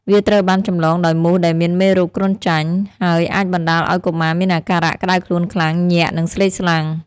វាត្រូវបានចម្លងដោយមូសដែលមានមេរោគគ្រុនចាញ់ ហើយអាចបណ្តាលឱ្យកុមារមានអាការៈក្តៅខ្លួនខ្លាំង ញាក់ និងស្លេកស្លាំង។